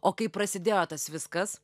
o kai prasidėjo tas viskas